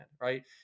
Right